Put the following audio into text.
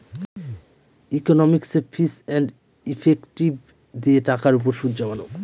ইকনমিকসে ফিচ and effective দিয়ে টাকার উপর সুদ জমানো